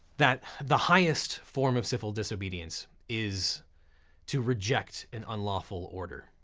that the highest form of civil disobedience is to reject an unlawful order.